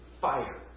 fire